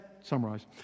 summarize